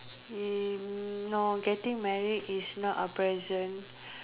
eh no getting married is not a present